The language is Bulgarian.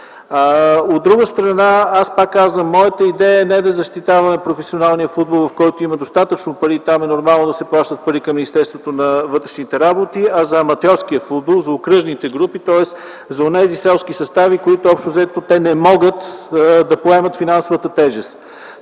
От друга страна, аз пак казвам, че моята идея не е да защитаваме професионалния футбол, в който има достатъчно пари и там е нормално да се плащат пари към Министерството на вътрешните работи, а за аматьорския футбол, за окръжните групи, тоест за онези селски състави, които общо взето не могат да поемат финансовата тежест.